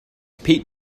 pete